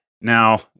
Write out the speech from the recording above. Now